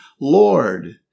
Lord